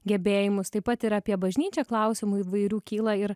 gebėjimus taip pat ir apie bažnyčią klausimų įvairių kyla ir